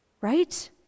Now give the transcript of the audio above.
right